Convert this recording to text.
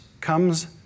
comes